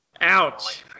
Ouch